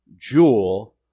jewel